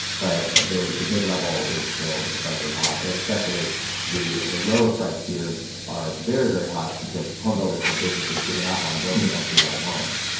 but the the mid-level is still incredibly hot, and especially the the lower-price tiers are very, very hot because homebuilders have basically given up on building entry-level homes.